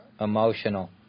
emotional